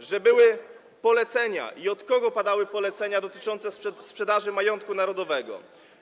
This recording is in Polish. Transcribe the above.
że były polecenia i od kogo padały polecenia dotyczące sprzedaży majątku narodowego.